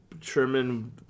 Sherman